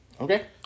Okay